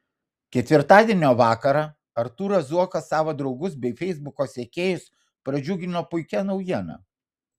ketvirtadienio vakarą artūras zuokas savo draugus bei feisbuko sekėjus pradžiugino puikia naujiena